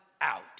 out